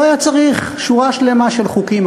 לא היה צריך שורה שלמה של חוקים.